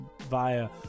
via